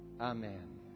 Amen